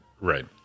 Right